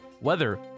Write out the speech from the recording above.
weather